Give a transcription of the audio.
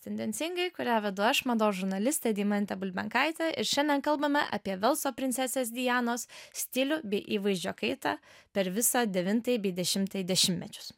tendencingai kurią vedu aš mados žurnalistė deimantė bulbenkaitė ir šiandien kalbame apie velso princesės dianos stilių bei įvaizdžio kaitą per visą devintąjį bei dešimtąjį dešimtmečius